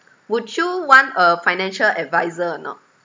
would you want a financial advisor or not